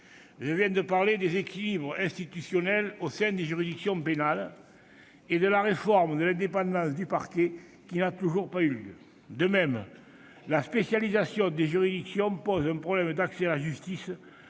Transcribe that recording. je viens de parler des équilibres institutionnels au sein des juridictions pénales et de la réforme de l'indépendance du parquet qui n'a toujours pas eu lieu. De même, la spécialisation des juridictions pose un problème d'accès à la justice,